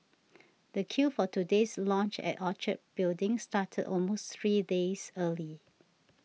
the queue for today's launch at Orchard Building started almost three days early